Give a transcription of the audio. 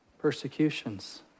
persecutions